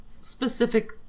specific